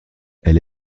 elle